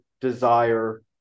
desire